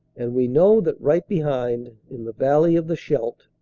and we know that right behind, in the valley of the scheidt,